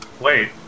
Wait